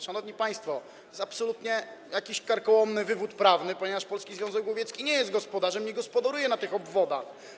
Szanowni państwo, to jest absolutnie jakiś karkołomny wywód prawny, ponieważ Polski Związek Łowiecki nie jest gospodarzem, nie gospodaruje w tych obwodach.